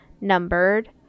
numbered